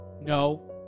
no